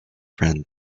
friend